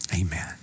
amen